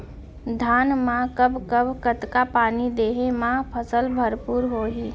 धान मा कब कब कतका पानी देहे मा फसल भरपूर होही?